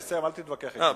תסיים, אל תתווכח אתי.